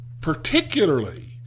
particularly